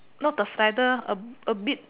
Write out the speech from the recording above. not the feather a a bit